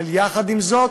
אבל יחד עם זאת,